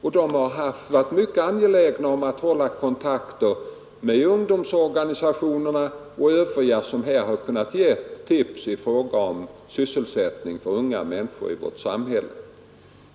Man har varit angelägen att hålla kontakt med ungdomsorganisationerna och övriga som kunnat ge tips i fråga om sysselsättning för unga människor.